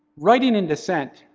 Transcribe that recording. writing in dissent,